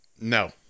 No